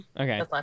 Okay